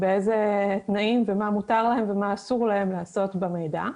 באיזה תנאים ומה מותר להן ומה אסור להן לעשות במידע?